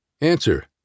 Answer